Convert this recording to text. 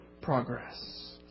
progress